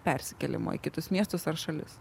persikėlimo į kitus miestus ar šalis